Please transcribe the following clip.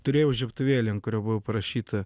turėjau žiebtuvėlį ant kurio buvo parašyta